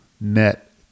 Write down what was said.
net